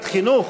החינוך?